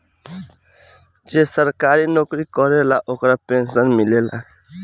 जे सरकारी नौकरी करेला ओकरा पेंशन मिलेला